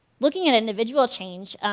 looking at individual change,